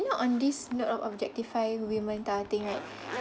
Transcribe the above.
you know on this note of objectifying women type of thing right